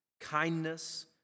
kindness